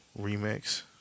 remix